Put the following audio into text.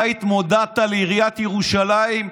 אתה התמודדת לעיריית ירושלים,